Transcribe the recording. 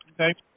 Okay